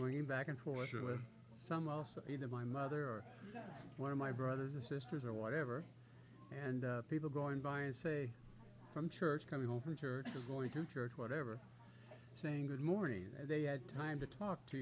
going back and forth with some also you know my mother or one of my brothers or sisters or whatever and people going by and say from church coming home from church and going to church whatever saying good morning they had time to talk to